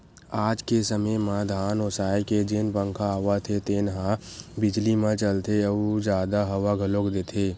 आज के समे म धान ओसाए के जेन पंखा आवत हे तेन ह बिजली म चलथे अउ जादा हवा घलोक देथे